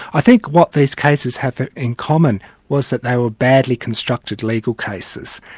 i think what these cases have in common was that they were badly constructed legal cases.